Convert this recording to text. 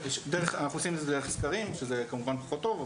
אנחנו עושים את זה דרך סקרים שזה כמובן פחות טוב,